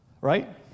Right